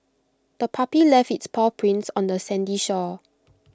the puppy left its paw prints on the sandy shore